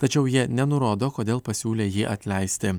tačiau jie nenurodo kodėl pasiūlė jį atleisti